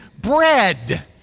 bread